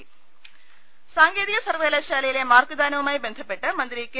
രദേഷ്ടെടു സാങ്കേതിക സർവകലാശാലയിലെ മാർക്കുദാനവുമായി ബന്ധപ്പെട്ട് മന്ത്രി കെ